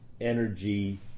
energy